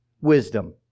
wisdom